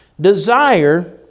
Desire